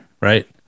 right